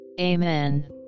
Amen